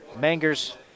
Mangers